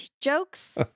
jokes